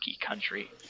country